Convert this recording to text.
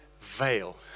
veil